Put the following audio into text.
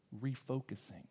refocusing